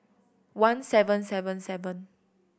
one seven seven seven